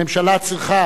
הממשלה צריכה